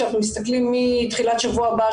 כשאנחנו מסתכלים מתחילת שבוע הבא,